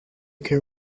can